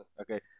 Okay